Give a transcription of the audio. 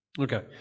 Okay